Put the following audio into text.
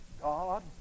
God